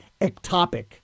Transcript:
ectopic